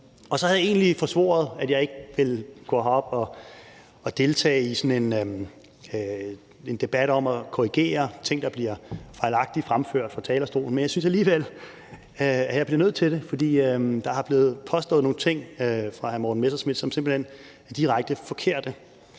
Jeg havde egentlig forsvoret, at jeg ville gå herop at deltage i sådan en debat om at korrigere ting, der bliver fejlagtigt fremført fra talerstolen, men jeg synes alligevel, at jeg bliver nødt til det, fordi der er blevet påstået nogle ting fra hr. Morten Messerschmidts side, som simplet hen er direkte forkerte.